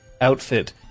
outfit